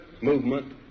movement